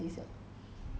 but 我只知道